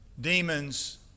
demons